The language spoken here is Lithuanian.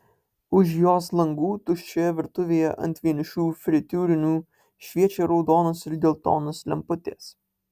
už jos langų tuščioje virtuvėje ant vienišų fritiūrinių šviečia raudonos ir geltonos lemputės